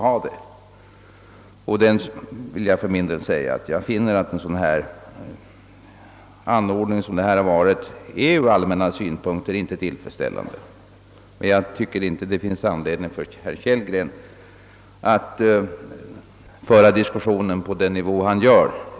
Ett sådant förfarande som förekommit är från allmänna synpunkter inte tillfredsställande, men jag tycker inte att det finns anledning för herr Kellgren att föra diskussionen på den nivå han valt.